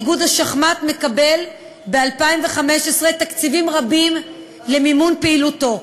איגוד השחמט מקבל ב-2015 תקציבים רבים למימון פעילותו,